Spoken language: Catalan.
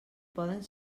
poden